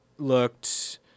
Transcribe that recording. Looked